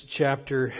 chapter